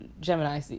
Gemini